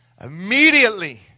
immediately